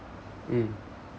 mm